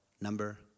number